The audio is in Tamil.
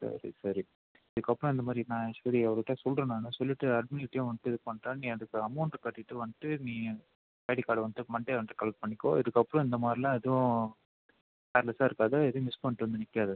சரி சரி இதுக்கப்புறம் இந்த மாதிரி நான் சரி அவருகிட்ட சொல்கிறேன் நான் சொல்லிவிட்டு அட்மின்டேயும் வந்துட்டு இது பண்றேன் நீ அதற்கு அமௌண்ட் கட்டிவிட்டு வந்துவிட்டு நீ ஐடி கார்டு வந்துவிட்டு மண்டே வந்துட்டு கலெக்ட் பண்ணிக்கோ இதுக்கப்புறம் இந்த மாதிரியெல்லாம் எதுவும் கேர்லஸ்ஸாக இருக்காதே எதையும் மிஸ் பண்ணிவிட்டு வந்து நிற்காத